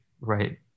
right